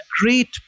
great